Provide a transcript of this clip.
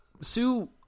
Sue